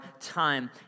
time